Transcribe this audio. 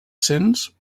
sens